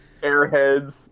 Airheads